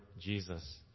Jesus